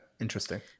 interesting